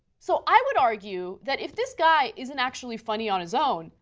so i would argue that if this guy isn't actually funny on his own,